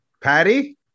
Patty